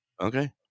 okay